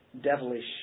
devilish